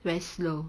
very slow